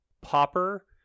Popper